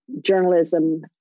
journalism